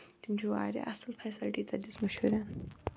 تِم چھِ واریاہ اصل فیسَلٹی تَتہِ دِژمٕژ شُرٮ۪ن